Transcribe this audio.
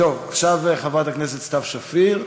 עכשיו חברת הכנסת סתיו שפיר.